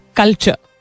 culture